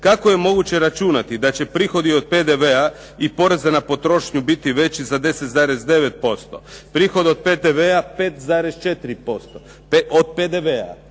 Kako je moguće računati da će prihodi od PDV-a i poreza na potrošnju biti za 10,9%. Prihod od PDV-a 5,4%, od PDV-a,